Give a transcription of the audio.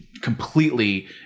completely